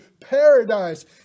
paradise